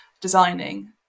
designing